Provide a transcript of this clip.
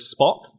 Spock